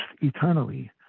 eternally